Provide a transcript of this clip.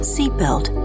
Seatbelt